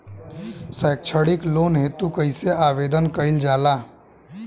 सैक्षणिक लोन हेतु कइसे आवेदन कइल जाला?